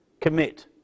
commit